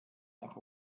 nach